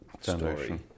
story